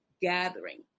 gathering